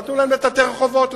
ונתנו להם לטאטא רחובות,